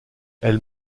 elle